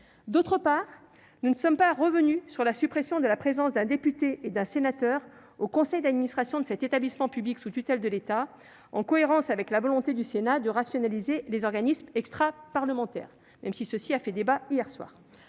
D'autre part, est confirmée la suppression de la présence d'un député et d'un sénateur au conseil d'administration de cet établissement public sous tutelle de l'État, en cohérence avec la volonté du Sénat de rationaliser les organismes extraparlementaires, même si ce point a fait débat jusqu'à hier soir.